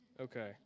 Okay